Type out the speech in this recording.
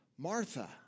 Martha